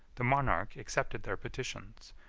the monarch accepted their petitions,